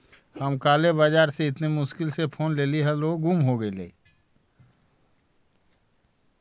हम काले बाजार से इतनी मुश्किल से फोन लेली हल वो गुम हो गेलई